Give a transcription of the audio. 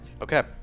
Okay